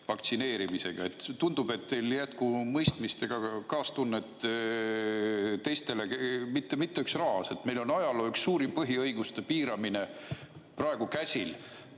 vaktsineerimisega? Tundub, et teil ei jätku mõistmist ega kaastunnet teistele mitte üks raas. Meil on ajaloo suurimaid põhiõiguste piiramisi praegu käsil